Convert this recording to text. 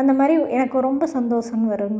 அந்த மாதிரி எனக்கு ரொம்ப சந்தோசம் வரும்